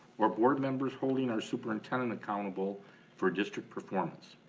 or board members holding our superintendent accountable for district performance.